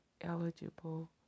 eligible